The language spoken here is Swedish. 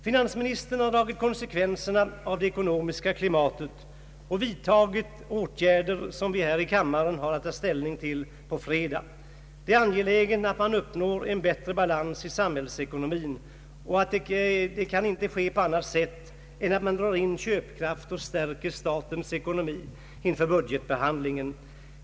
Finansministern har dragit konsekvenserna av det ekonomiska klimatet och vidtagit de åtgärder som vi här i kammaren skall ta ställning till på fredag. Det är angeläget att man uppnår en bättre balans i samhällsekonomin, och det kan inte ske på annat sätt än genom att man drar in köpkraft och stärker statens ekonomi inför budgetbehandlingen.